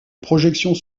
projections